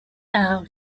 now